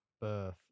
birth